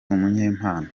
umunyempano